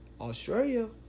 Australia